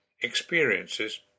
experiences